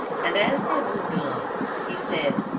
and as they moved along he said